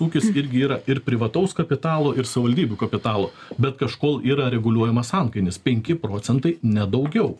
ūkis irgi yra ir privataus kapitalo ir savivaldybių kapitalo bet kažkol yra reguliuojamas antkainis penki procentai ne daugiau